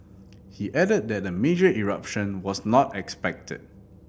he added that a major eruption was not expected